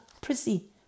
Prissy